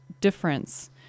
difference